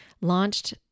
launched